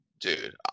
Dude